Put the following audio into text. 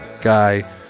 guy